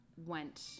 Went